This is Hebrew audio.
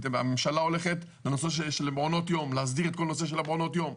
הממשלה הולכת להסדיר את כל הנושא של מעונות יום,